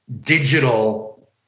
digital